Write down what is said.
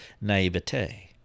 naivete